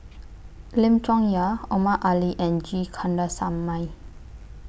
Lim Chong Yah Omar Ali and G Kandasamy